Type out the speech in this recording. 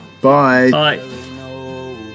Bye